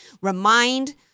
Remind